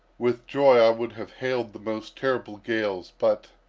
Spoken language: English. with joy i would have hailed the most terrible gales but